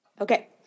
Okay